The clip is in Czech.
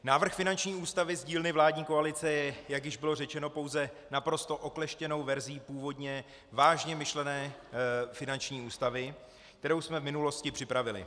Návrh finanční ústavy z dílny vládní koalice je, jak již bylo řečeno, pouze naprosto okleštěnou verzí původně vážně myšlené finanční ústavy, kterou jsme v minulosti připravili.